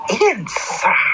inside